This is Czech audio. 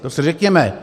To si řekněme!